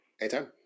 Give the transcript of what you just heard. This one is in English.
Anytime